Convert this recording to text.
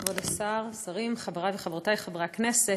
כבוד השר, שרים, חברי וחברותי חברי הכנסת,